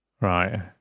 Right